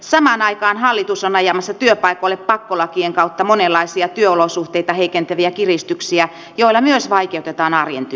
samaan aikaan hallitus on ajamassa työpaikoille pakkolakien kautta monenlaisia työolosuhteita heikentäviä kiristyksiä joilla myös vaikeutetaan arjen työtä